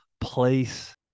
place